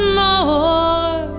more